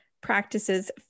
practices